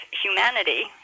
humanity